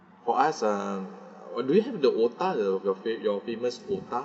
for us uh oh do you have the otah your your fa~ your famous otah